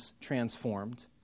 transformed